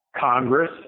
Congress